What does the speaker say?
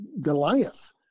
Goliath